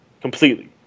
completely